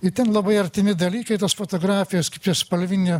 ir ten labai artimi dalykai tos fotografijos kaip jos spalvini